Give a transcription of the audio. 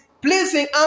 pleasing